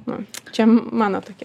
nu čia mano tokia